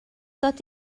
dod